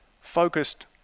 focused